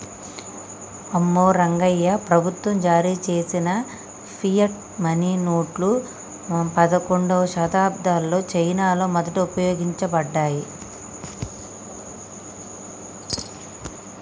అమ్మో రంగాయ్యా, ప్రభుత్వం జారీ చేసిన ఫియట్ మనీ నోట్లు పదకండవ శతాబ్దంలో చైనాలో మొదట ఉపయోగించబడ్డాయి